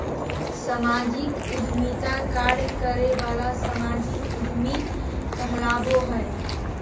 सामाजिक उद्यमिता कार्य करे वाला सामाजिक उद्यमी कहलाबो हइ